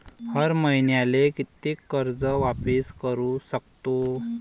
हर मईन्याले कितीक कर्ज वापिस करू सकतो?